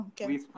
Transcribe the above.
Okay